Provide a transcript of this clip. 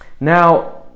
Now